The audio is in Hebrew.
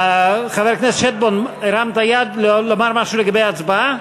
חבר הכנסת שטבון, הרמת יד לומר משהו לגבי ההצבעה?